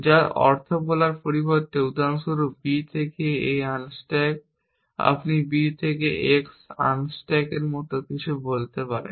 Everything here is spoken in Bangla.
যার অর্থ বলার পরিবর্তে উদাহরণস্বরূপ b থেকে a unstake আপনি b থেকে x unstake এর মতো কিছু বলতে পারেন